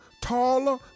taller